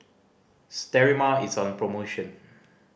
sterimar is on promotion